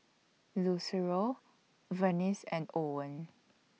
Lucero Vernice and Owen